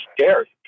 scary